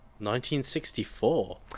1964